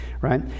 right